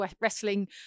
wrestling